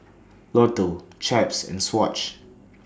Lotto Chaps and Swatch